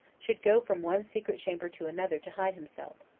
should go from one secret chamber to another to hide himself,